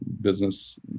business